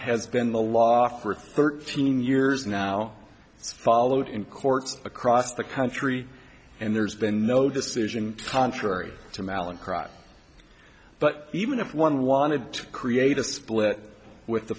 has been the law for thirteen years now it's followed in courts across the country and there's been no decision contrary to mallinckrodt but even if one wanted to create a split with the